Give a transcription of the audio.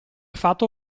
fatto